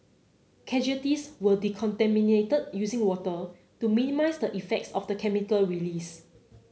casualties were decontaminated using water to minimise the effects of the chemical release